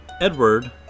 Edward